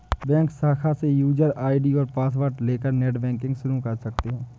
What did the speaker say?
bank शाखा से user ID और पॉसवर्ड लेकर नेटबैंकिंग शुरू कर सकते है